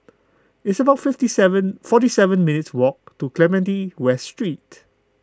it's about fifty seven forty seven minutes' walk to Clementi West Street